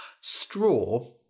Straw